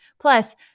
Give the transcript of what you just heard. Plus